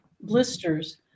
blisters